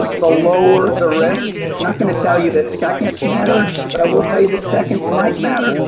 ah the lower the risk, not going to tell you that sec. and matter but i will tell you that sec. and might matter.